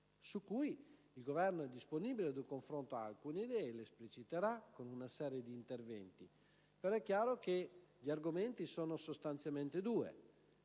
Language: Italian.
su cui il Governo è disponibile ad un confronto. Ha alcune idee e le espliciterà con una serie di interventi, ma è chiaro che gli argomenti sono sostanzialmente tre: